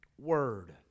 word